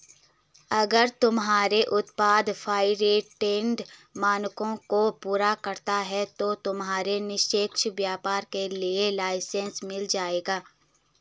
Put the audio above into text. अगर तुम्हारे उत्पाद फेयरट्रेड मानकों को पूरा करता है तो तुम्हें निष्पक्ष व्यापार के लिए लाइसेन्स मिल जाएगा